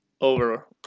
over